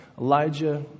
Elijah